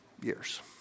years